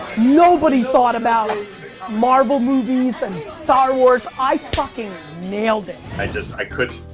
nobody thought about marvel movies and star wars. i fucking nailed it. i just, i couldn't,